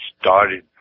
started